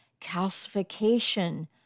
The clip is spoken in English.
calcification